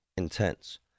intense